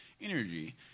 energy